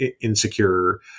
insecure